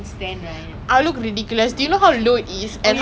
that's why like hmm we need to go ice skating also